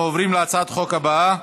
אנחנו עוברים להצעת החוק הבאה,